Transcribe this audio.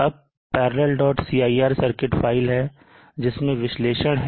अब parallelcir circuit file है जिसमें विश्लेषण है